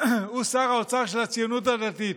הוא שר האוצר של הציונות הדתית,